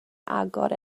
agor